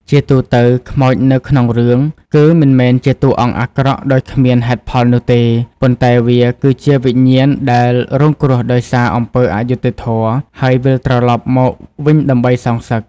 ជាទូទៅ ខ្មោចនៅក្នុងរឿងគឺមិនមែនជាតួអង្គអាក្រក់ដោយគ្មានហេតុផលនោះទេ ប៉ុន្តែវាគឺជាវិញ្ញាណដែលរងគ្រោះដោយសារអំពើអយុត្តិធម៌ ហើយវិលត្រឡប់មកវិញដើម្បីសងសឹក។